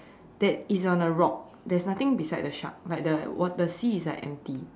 that is on a rock there is nothing beside the shark like the water the sea is like empty